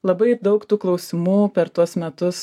labai daug tų klausimų per tuos metus